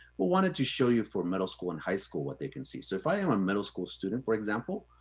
but wanted to show you for middle school and high school what they can see. so if i am a middle school student, for example,